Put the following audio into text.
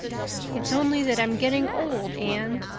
it's only that i'm getting old, anne,